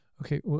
Okay